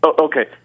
Okay